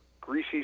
greasy